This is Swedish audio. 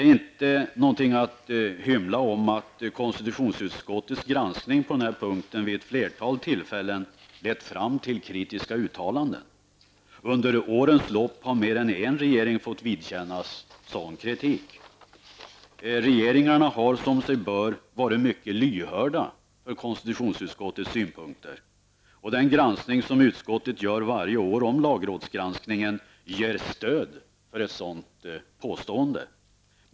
Att konstitutionsutskottets granskning på denna punkt vid ett flertal tillfällen lett fram till kritiska uttalanden är ingenting att hymla om. Under årens lopp har mer än en regering fått vidkännas sådan kritik. Regeringarna har som sig bör varit mycket lyhörda för konstitutionsutskottets synpunkter. Den granskning som utskottet gör varje år beträffande lagrådsgranskningen ger stöd för ett sådant påstående.